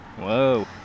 Whoa